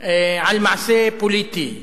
על מעשה פוליטי,